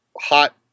hot